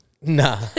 Nah